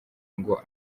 ngo